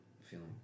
feeling